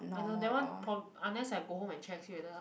I know that one prob~ unless I go home and check see whether how